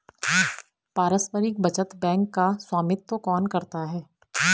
पारस्परिक बचत बैंक का स्वामित्व कौन करता है?